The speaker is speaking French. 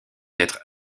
être